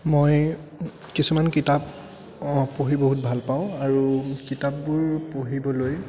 মই কিছুমান কিতাপ অঁ পঢ়ি বহুত ভালপাওঁ আৰু কিতাপবোৰ পঢ়িবলৈ